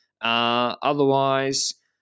Otherwise